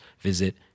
visit